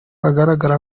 agaragara